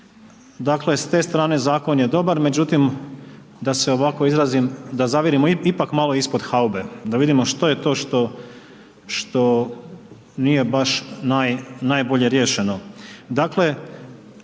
Dakle s te strane zakon je dobar međutim da se ovako izrazim da zavirimo ipak malo ispod haube, da vidimo što je to što nije baš najbolje riješeno.